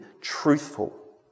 truthful